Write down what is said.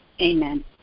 Amen